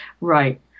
Right